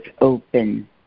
open